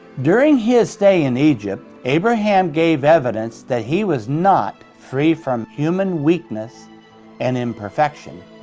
during his stay in egypt, abraham gave evidence that he was not free from human weakness and imperfection.